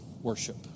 worship